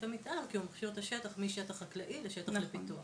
המתאר כי הוא מפשיר את השטח משטח חקלאי לשטח פיתוח